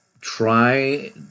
try